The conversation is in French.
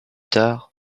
tard